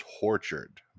tortured